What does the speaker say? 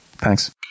Thanks